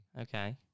okay